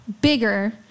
bigger